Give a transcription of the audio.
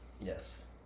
Yes